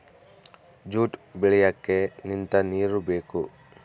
jute ಬೆಳಿಯಕ್ಕೆ ನಿಂತ ನೀರು ಬೇಕು